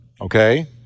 okay